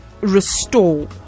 restore